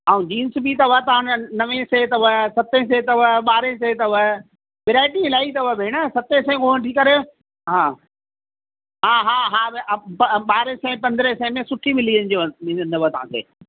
ऐं जीन्स बि अथव असां वटि नवें सैं अथव सतें सैं अथव ॿारहें सैं अथव वैराइटी इलाही अथव भेण सतें सैं खां वठी करे हा हा हा हा भेण बि ॿारे सै पंदरहें सै में सुठी मिलंदव वेंदव मिली वेंदव तव्हांखे